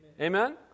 Amen